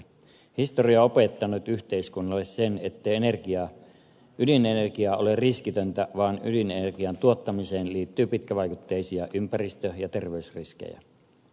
historia on opettanut yhteiskunnalle sen ettei ydinenergia ole riskitöntä vaan ydinenergian tuottamiseen liittyy pitkävaikutteisia ympäristö ja terveysriskejä